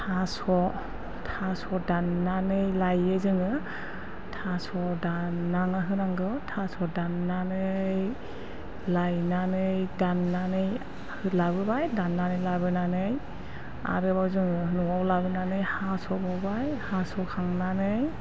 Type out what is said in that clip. थास' थास' दाननानै लायो जोङो थास' दाननानै होनांगौ थास' दाननानै लायनानै दाननानै लाबोबाय दाननानै लाबोनानै आरोबाव जोङो न'आव लाबोनानै हास'बावबाय हास'खांनानै